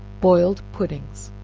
boiling puddings.